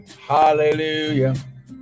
Hallelujah